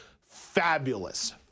fabulous